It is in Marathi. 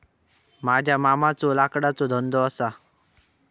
माझ्या मामाचो लाकडाचो धंदो असा